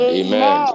amen